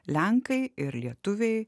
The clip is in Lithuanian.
lenkai ir lietuviai